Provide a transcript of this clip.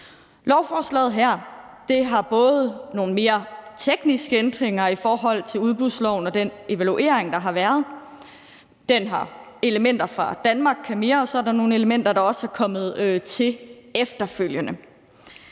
Lovforslaget her indeholder nogle mere tekniske ændringer i forhold til udbudsloven og den evaluering, der har været, det har elementer fra »Danmark kan mere«, og så er der også nogle elementer, der er kommet til efterfølgende.